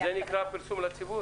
זה נקרא פרסום לציבור?